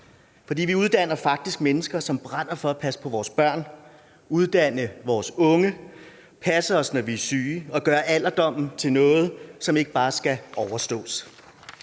for vi uddanner faktisk mennesker, som brænder for at passe på vores børn, uddanne vores unge, passe os, når vi er syge, og gøre alderdommen til noget, som ikke bare skal overstås.